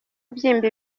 abyimba